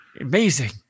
Amazing